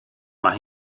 mae